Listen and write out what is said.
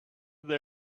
they